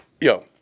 yo